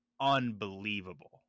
unbelievable